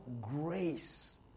grace